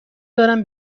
دارم